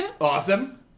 Awesome